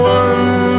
one